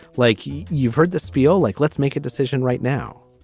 lakey, you've heard this feel like let's make a decision right now?